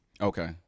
Okay